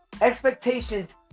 Expectations